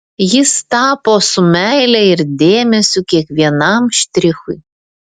jis tapo su meile ir dėmesiu kiekvienam štrichui